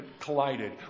collided